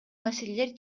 маселелер